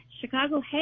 Chicago